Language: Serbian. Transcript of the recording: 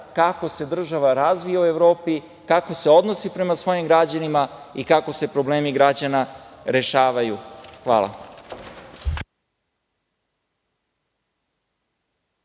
kako se država razvija u Evropi, kako se odnosi prema svojim građanima i kako se problemi građana rešavaju. Hvala.